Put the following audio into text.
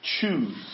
choose